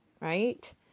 right